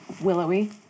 willowy